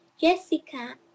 Jessica